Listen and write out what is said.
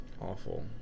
awful